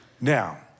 Now